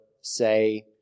say